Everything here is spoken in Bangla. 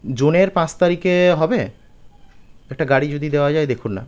জুনের পাঁচ তারিখে হবে একটা গাড়ি যদি দেওয়া যায় দেখুন না